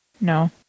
No